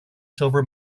silver